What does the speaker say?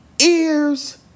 Ears